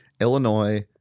Illinois